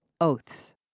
Oaths